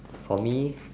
for me